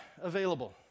available